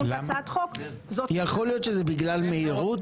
בהצעת החוק --- יכול להיות שזה בגלל מהירות?